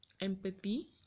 empathy